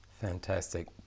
Fantastic